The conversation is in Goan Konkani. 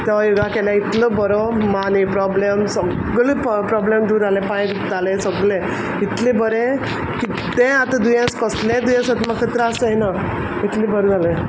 तो योगा केल्या इतलो बोरो माने प्रॉब्लम सोगल पॉ प्रॉब्लम दूर आले पांय दुकताले सगले इतलें बरें किद्देंय आतां दुयेंस कोसलेंय दुयेंस आत म्हाका त्रास जायना इतलें बर जालें